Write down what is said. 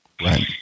Right